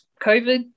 COVID